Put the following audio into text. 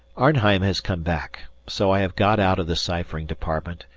arnheim has come back, so i have got out of the ciphering department,